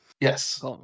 Yes